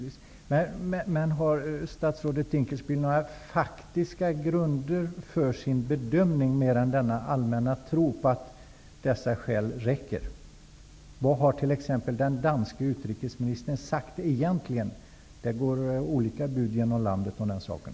Men har statsrådet Dinkelspiel några faktiska grunder för sin bedömning att anföra utöver detta med den allmänna tron på att nämnda skäl räcker? Vad har t.ex. den danske utrikesministern egentligen sagt? Det finns olika bud ute i landet beträffande den saken.